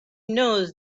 knows